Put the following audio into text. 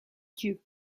dieu